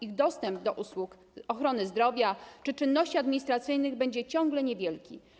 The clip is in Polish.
Ich dostęp do usług ochrony zdrowia czy czynności administracyjnych będzie ciągle niewielki.